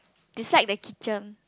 beside the kitchen